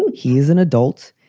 and he's an adult.